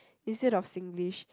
instead of Singlish